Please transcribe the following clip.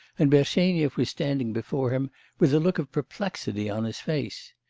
and bersenyev was standing before him with a look of perplexity on his face.